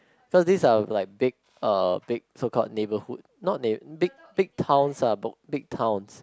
cause these are like big uh big so called neighbourhood not neigh~ big big towns ah big big towns